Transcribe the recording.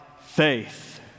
faith